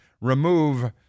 remove